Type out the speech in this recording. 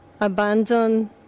abandon